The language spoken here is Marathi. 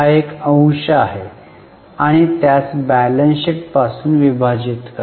हा एक अंश आहे आणि त्यास बॅलन्स शीट पासून विभाजित करा